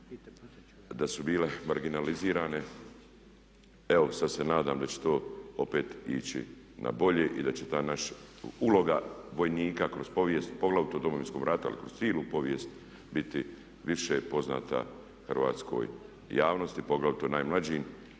da su bile marginalizirane. Evo sad se nadam da će to opet ići na bolje i da će ta naša uloga vojnika kroz povijest poglavito u Domovinskom ratu ali kroz cijelu povijest biti više poznata hrvatskoj javnosti, poglavito najmlađim.